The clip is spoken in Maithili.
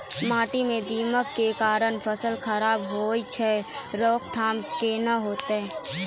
माटी म दीमक के कारण फसल खराब होय छै, रोकथाम केना होतै?